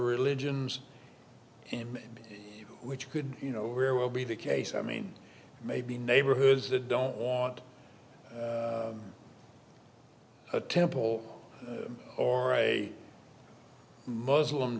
religion's and which could you know very well be the case i mean maybe neighborhoods that don't want a temple or a muslim